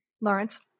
Lawrence